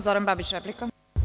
Zoran Babić, replika.